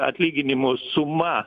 atlyginimų suma